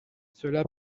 cela